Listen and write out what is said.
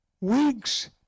weeks